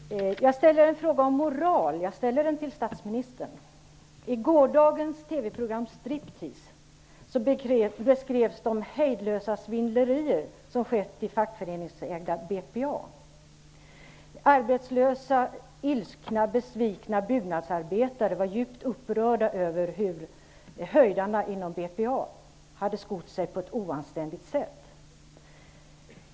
Herr talman! Jag vill ställa en fråga om moral till statsministern. I gårdagens TV-program Striptease beskrevs de hejdlösa svindlerier som skett i fackföreningsägda BPA. Ilskna och besvikna arbetslösa byggnadsarbetare var djupt upprörda över hur höjdarna inom BPA hade skott sig på ett oanständigt sätt.